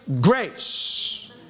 grace